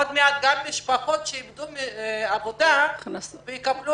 עוד מעט גם משפחות שאיבדו עבודה ויקבלו